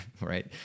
right